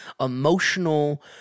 emotional